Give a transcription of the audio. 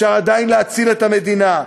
אפשר עדיין להציל את המדינה,